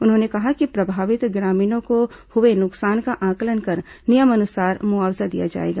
उन्होंने कहा कि प्रभावित ग्रामीणों को हुए नुकसान का आंकलन कर नियमानुसार मुआवजा दिया जाएगा